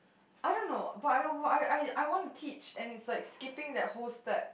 I don't know but I will I I I want to teach and it's like skipping that whole step